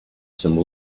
some